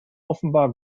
offenbar